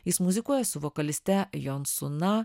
jis muzikuoja su vokaliste jonsuna